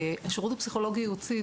השירות הפסיכולוגי הייעוצי,